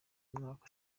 umwaka